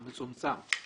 המצומצם,